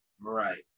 Right